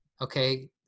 okay